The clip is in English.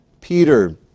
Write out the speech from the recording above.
Peter